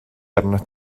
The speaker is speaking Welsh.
arnat